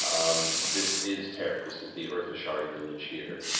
um this is terra, this is the earth ashari village here.